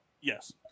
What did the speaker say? Yes